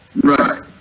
Right